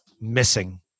missing